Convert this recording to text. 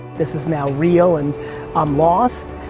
this is now real and i'm lost.